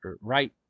Right